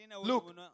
Look